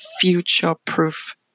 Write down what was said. future-proof